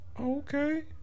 Okay